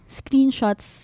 screenshots